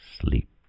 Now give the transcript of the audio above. Sleep